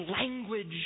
language